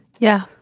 yeah.